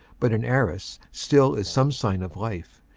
but in arras still is some sign of life,